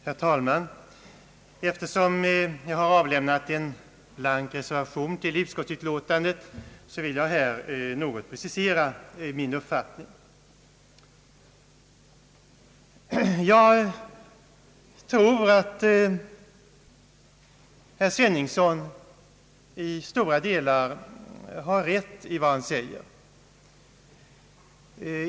Herr talman! Eftersom jag har avlämnat en blank reservation till utskottsutlåtandet vill jag här i någon mån precisera min uppfattning. Jag tror att herr Sveningsson i stora delar har rätt i vad han säger.